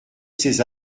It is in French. ces